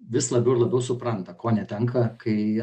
vis labiau ir labiau supranta ko netenka kai